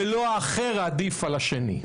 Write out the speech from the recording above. ולא האחר עדיף על השני.